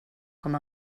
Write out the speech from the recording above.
com